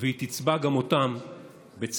והיא תצבע גם אותן בצבע.